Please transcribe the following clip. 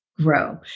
grow